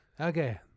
Okay